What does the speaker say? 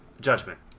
Judgment